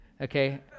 Okay